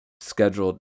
scheduled